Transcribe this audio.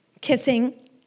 kissing